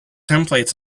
templates